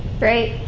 great.